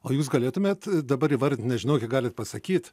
o jūs galėtumėt dabar įvardint nežinau kiek galit pasakyt